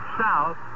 South